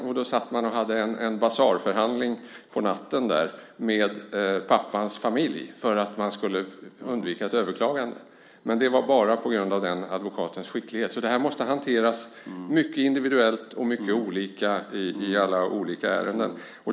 Man satt och hade en basarförhandling på natten med pappans familj för att undvika ett överklagande, men det var bara på grund av denna advokats skicklighet. Detta måste alltså hanteras mycket individuellt och mycket olika i alla olika ärenden.